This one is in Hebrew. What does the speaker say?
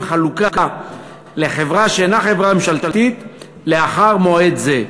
חלוקה לחברה שאינה חברה ממשלתית לאחר מועד זה.